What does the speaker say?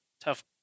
Tough